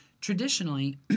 traditionally